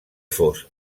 fos